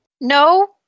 No